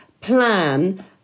plan